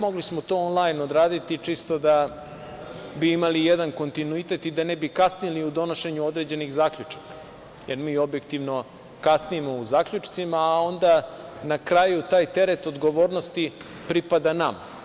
Mogli smo to onlajn odraditi čisto da bi imali jedan kontinuitet i da ne bi kasnili u donošenje određenih zaključak, jer mi objektivno kasnimo u zaključcima, a onda na kraju taj teret odgovornosti pripada nama.